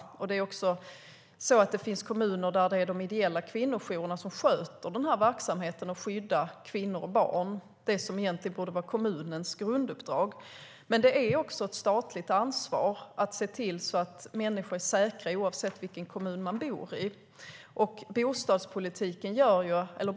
Det finns kommuner där det är de ideella kvinnojourerna som sköter verksamheten och skyddar kvinnor och barn, vilket egentligen borde vara kommunens grunduppdrag. Men det är också ett statligt ansvar att se till att människor känner sig säkra, oavsett vilken kommun de bor i.